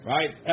Right